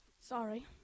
Sorry